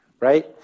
Right